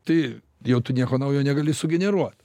tai jau tu nieko naujo negali sugeneruot